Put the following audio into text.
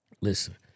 Listen